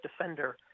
Defender